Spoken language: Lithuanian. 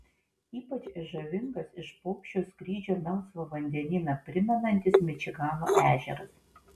ypač žavingas iš paukščio skrydžio melsvą vandenyną primenantis mičigano ežeras